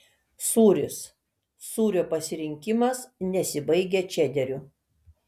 sūris sūrio pasirinkimas nesibaigia čederiu